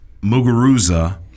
Muguruza